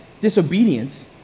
disobedience